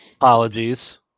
Apologies